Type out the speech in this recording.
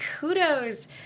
kudos